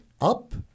up